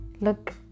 look